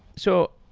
so,